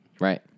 right